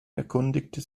erkundigte